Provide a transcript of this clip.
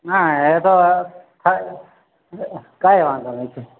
હા એ તો હં કંઈ વાંધો નહીં